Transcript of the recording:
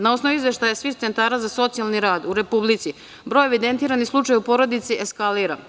Na osnovu izveštaja svih centara za socijalni rad u Republici, broj evidentiranih slučajeva u porodici eskalira.